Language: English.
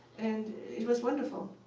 and it was wonderful.